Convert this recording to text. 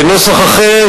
או בנוסח אחר,